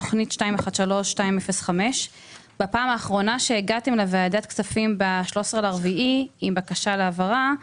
תוכנית מספר 231205. בפעם האחרונה שהגעתם לוועדת הכספים עם בקשה להעברה,